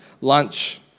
lunch